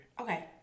Okay